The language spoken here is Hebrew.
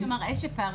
לא רק בין גברים ונשים.